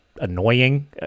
annoying